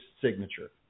signature